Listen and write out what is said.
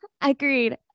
Agreed